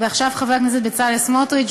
ועכשיו חבר הכנסת בצלאל סמוטריץ,